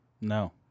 No